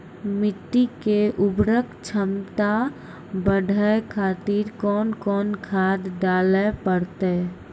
मिट्टी के उर्वरक छमता बढबय खातिर कोंन कोंन खाद डाले परतै?